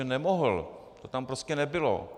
Nemohl, to tam prostě nebylo.